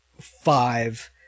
five